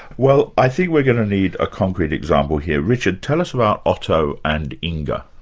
well i think we're going to need a concrete example here. richard, tell us about otto and inga.